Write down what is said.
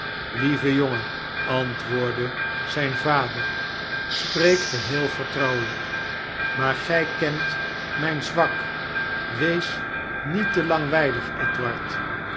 lieve jongen antwoordde zijn vader spreek geheel vertrouwelijk maar gij kent mijn zwak wees niet te langwijlig edward